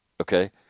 okay